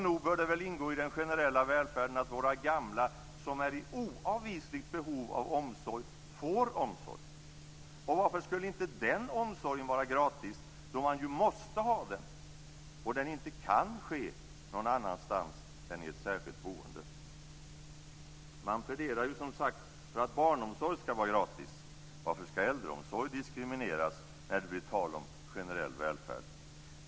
Nog bör det väl ingå i den generella välfärden att våra gamla som är i oavvisligt behov av omsorg får omsorg. Och varför skulle inte den omsorgen vara gratis, då man ju måste ha den, och den inte kan ske någon annanstans än i ett särskilt boende. Man pläderar ju, som sagt, för att barnomsorg skall vara gratis. Varför skall äldreomsorg diskrimineras när det blir tal om generell välfärd?